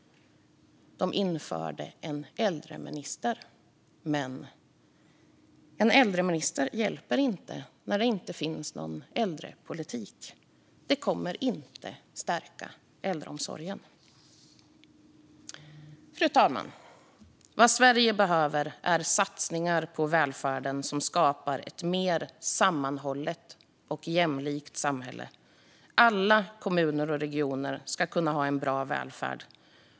De tillsatte en äldreminister, men en äldreminister hjälper inte när det inte finns någon äldrepolitik. Det kommer inte att stärka äldreomsorgen. Fru talman! Vad Sverige behöver är satsningar på välfärden som skapar ett mer sammanhållet och jämlikt samhälle. Alla kommuner och regioner ska kunna ha en bra välfärd.